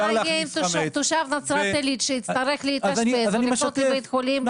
מה יהיה עם תושב נצרת עילית שיצטרך להתאשפז בפסח בבית החולים?